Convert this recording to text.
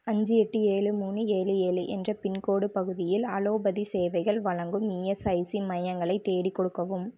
அஞ்சு எட்டு ஏழு மூணு ஏழு ஏழு என்ற பின்கோட் பகுதியில் அலோபதி சேவைகள் வழங்கும் இஎஸ்ஐசி மையங்களை தேடிக் கொடுக்கவும்